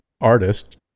artist